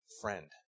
Friend